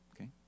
okay